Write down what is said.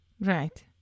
Right